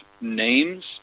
names